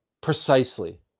Precisely